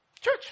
Church